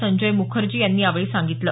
संजय मुखर्जी यांनी यावेळी सांगितलं